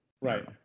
Right